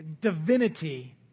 divinity